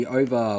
over